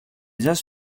just